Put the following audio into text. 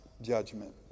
judgment